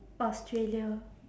australia